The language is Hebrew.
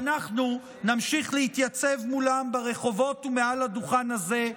אנחנו נמשיך להתייצב מולם ברחובות ומעל הדוכן הזה,